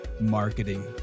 marketing